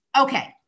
Okay